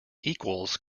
equals